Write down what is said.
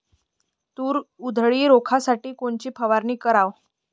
तूर उधळी रोखासाठी कोनची फवारनी कराव?